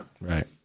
right